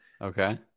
Okay